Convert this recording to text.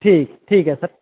ठीक ठीक ऐ सर